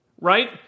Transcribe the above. right